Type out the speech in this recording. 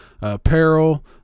apparel